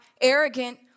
arrogant